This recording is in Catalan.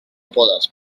podes